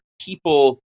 people